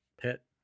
pet